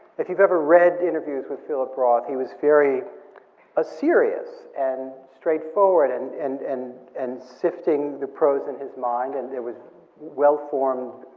if you've ever read interviews with philip roth, he was very ah serious and straightforward and and and and sifting the prose in his mind and it was well-formed,